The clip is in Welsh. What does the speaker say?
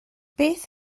beth